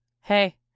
Hey